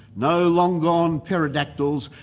no long-gone pterodactyls,